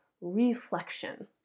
reflection